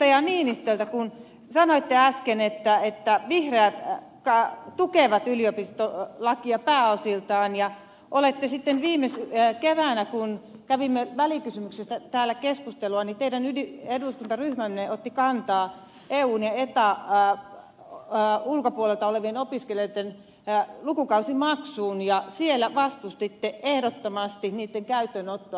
ville niinistöltä kun sanoitte äsken että vihreät tukevat yliopistolakia pääosiltaan ja viime keväänä kun kävimme välikysymyksestä täällä keskustelua teidän eduskuntaryhmänne otti kantaa eun ja etan ulkopuolelta olevien opiskelijoitten lukukausimaksuun ja siellä vastustitte ehdottomasti niitten käyttöönottoa